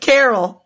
Carol